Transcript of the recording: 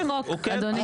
מהחוק, אדוני.